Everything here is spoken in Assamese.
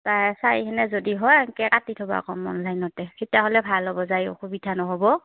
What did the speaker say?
তাই চাৰিহেনে যদি হয় এনকে কাটি থ'ব কম অনলাইনতে সিতা হ'লে ভাল হ'ব যায় অসুবিধা নহ'ব